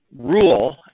rule